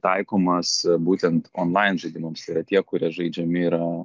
taikomas būtent onlain žaidimams tai yra tie kurie žaidžiami yra